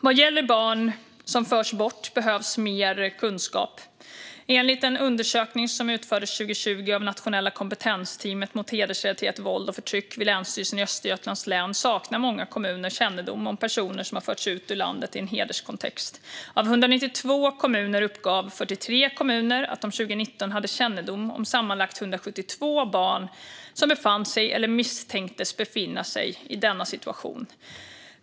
Vad gäller barn som förs bort behövs mer kunskap. Enligt en undersökning som utfördes 2020 av Nationella kompetensteamet mot hedersrelaterat våld och förtryck vid Länsstyrelsen i Östergötlands län saknar många kommuner kännedom om personer som har förts ut ur landet i en hederskontext. Av 192 kommuner uppgav 43 att de år 2019 hade kännedom om sammanlagt 172 barn som befann sig eller misstänktes befinna sig i denna situation.